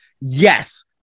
yes